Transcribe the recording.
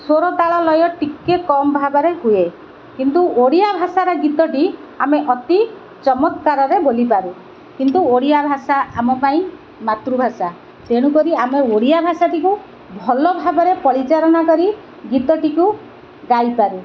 ସ୍ୱର ତାଳ ଲୟ ଟିକେ କମ୍ ଭାବରେ ହୁଏ କିନ୍ତୁ ଓଡ଼ିଆ ଭାଷାର ଗୀତଟି ଆମେ ଅତି ଚମତ୍କାରରେ ବୋଲିପାରୁ କିନ୍ତୁ ଓଡ଼ିଆ ଭାଷା ଆମ ପାଇଁ ମାତୃଭାଷା ତେଣୁକରି ଆମେ ଓଡ଼ିଆ ଭାଷାଟିକୁ ଭଲ ଭାବରେ ପରିଚାଳନା କରି ଗୀତଟିକୁ ଗାଇପାରୁ